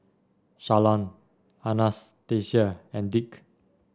Shalon Anastacia and Dick